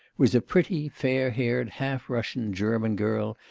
was a pretty, fair-haired, half-russian german girl,